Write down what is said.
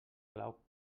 clau